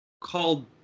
called